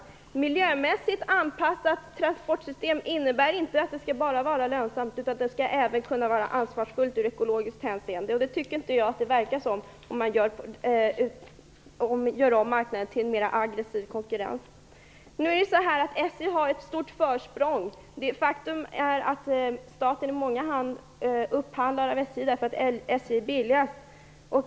Ett miljömässigt anpassat transportsystem innebär inte att det bara skall vara lönsamt, utan det skall även vara ansvarsfullt ur ekologiskt hänseende. Jag tycker inte att det verkar vara så, om marknaden utsätts för aggressiv konkurrens. SJ har ett stort försprång. Faktum är att staten i många fall upphandlar av just SJ därför att SJ är billigast.